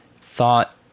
thought